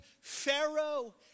Pharaoh